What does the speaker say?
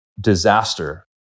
disaster